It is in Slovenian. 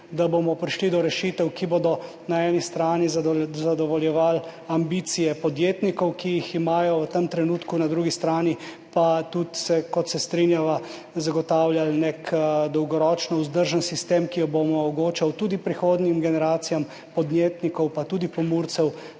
– prišli do rešitev, ki bodo na eni strani zadovoljevale ambicije, ki jih imajo v tem trenutku podjetniki, na drugi strani pa tudi, kot se strinjava, zagotavljale nek dolgoročno vzdržen sistem, ki bo omogočal tudi prihodnjim generacijam podjetnikov pa tudi Pomurcev,